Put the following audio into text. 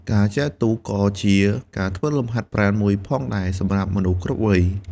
ការចែវទូកក៏ជាការធ្វើលំហាត់ប្រាណមួយផងដែរសម្រាប់មនុស្សគ្រប់វ័យ។